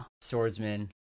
swordsman